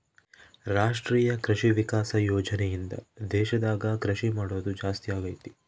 ರಾಷ್ಟ್ರೀಯ ಕೃಷಿ ವಿಕಾಸ ಯೋಜನೆ ಇಂದ ದೇಶದಾಗ ಕೃಷಿ ಮಾಡೋದು ಜಾಸ್ತಿ ಅಗೈತಿ